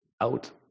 out